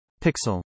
Pixel